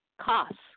costs